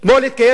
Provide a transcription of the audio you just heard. אתמול התקיים